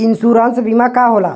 Insurance बीमा का होला?